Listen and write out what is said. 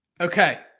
okay